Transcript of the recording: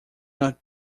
not